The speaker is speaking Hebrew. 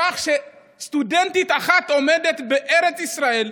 בכך שסטודנטית אחת עומדת בארץ ישראל,